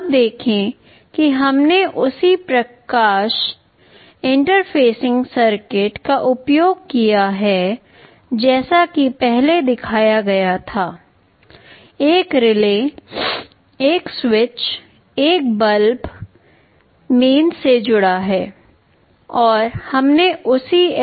अब देखें कि हमने उसी प्रकाश इंटरफेसिंग सर्किट्री का उपयोग किया है जैसा कि पहले दिखाया गया था एक रिले एक स्विचएक बल्ब मेन्स से जुड़ा है और हमने उसी LDR सर्किट का उपयोग किया है